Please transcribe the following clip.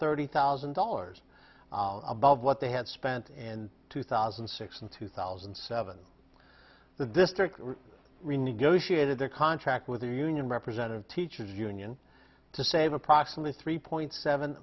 thirty thousand dollars above what they had spent in two thousand and six and two thousand and seven the district renegotiated their contract with the union representative teachers union to save approximately three point seven